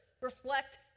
reflect